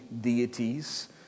deities